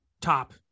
top